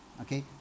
Okay